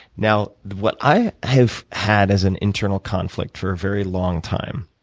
now, what i have had as an internal conflict for a very long time,